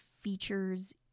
features